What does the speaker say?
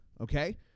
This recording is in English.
Okay